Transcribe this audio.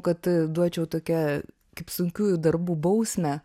kad duočiau tokią kaip sunkiųjų darbų bausmę